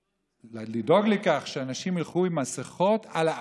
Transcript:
לה, לדאוג לכך שאנשים ילכו עם מסכות על האף,